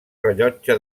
rellotge